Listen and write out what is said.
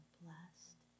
blessed